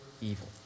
evil